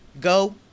go